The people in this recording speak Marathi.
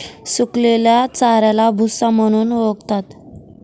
सुकलेल्या चाऱ्याला भुसा म्हणून ओळखतात